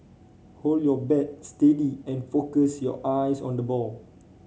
hold your bat steady and focus your eyes on the ball